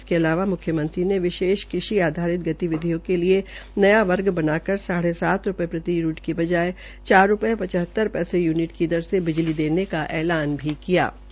इसके अलावा मुख्यमंत्री ने विशेष कृषि आधारित गतिविधियों के लिए नया वर्ग बनाकर साढ़े सात रूपये प्रति यूनिट की बजाय चार रूपये पचहतर पैसे यूनिट की दर से बिजी देने का ऐलान भी किया है